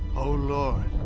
o lord.